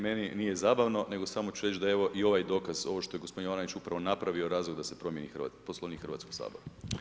Meni nije zabavno, nego samo ću reći da evo i ovaj dokaz ovo što je gospodin … upravo napravio, razlog da se promijeni Poslovnik Hrvatskog sabora.